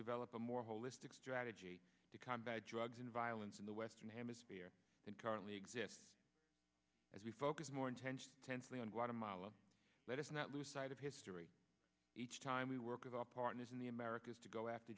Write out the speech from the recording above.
develop a more holistic strategy to combat drugs and violence in the western hemisphere and currently exist as we focus more attention tensely on guatemala let us not lose sight of history each time we work with our partners in the americas to go after